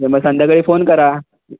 मग संध्याकाळी फोन करा